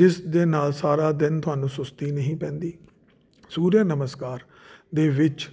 ਜਿਸ ਦੇ ਨਾਲ ਸਾਰਾ ਦਿਨ ਤੁਹਾਨੂੰ ਸੁਸਤੀ ਨਹੀਂ ਪੈਂਦੀ ਸੂਰਿਆ ਨਮਸਕਾਰ ਦੇ ਵਿੱਚ